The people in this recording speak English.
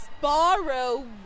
borrow